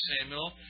Samuel